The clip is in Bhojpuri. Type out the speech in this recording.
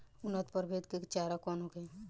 उन्नत प्रभेद के चारा कौन होखे?